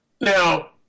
Now